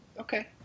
Okay